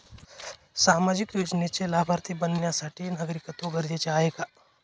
सामाजिक योजनेचे लाभार्थी बनण्यासाठी नागरिकत्व गरजेचे आहे का?